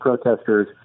protesters